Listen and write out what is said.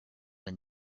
and